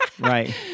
Right